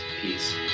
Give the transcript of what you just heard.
peace